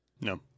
No